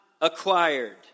acquired